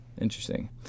Interesting